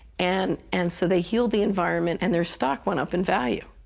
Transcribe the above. and and so they healed the environment, and their stock went up in value.